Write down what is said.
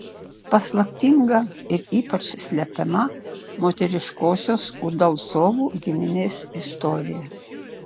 paslaptinga ir ypač slepiama moteriškosios udalcovų giminės istorija